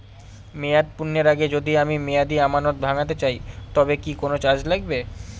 মেয়াদ পূর্ণের আগে যদি আমি মেয়াদি আমানত ভাঙাতে চাই তবে কি কোন চার্জ লাগবে?